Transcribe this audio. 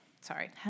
sorry